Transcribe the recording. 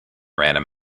random